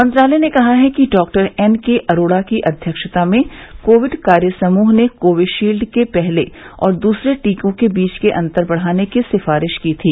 मंत्रालय ने कहा है कि डॉक्टर एन के अरोड़ा की अध्यक्षता में कोविड कार्य समूह ने कोविशील्ड के पहले और दूसरे टीके के बीच अंतर बढ़ाने की सिफारिश की थी